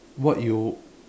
what you